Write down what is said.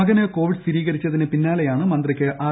മകന് കോവിഡ് സ്ഥിരീകരിച്ചതിന് പിന്നാളലുയ്ാണ് മന്ത്രിക്ക് ആർ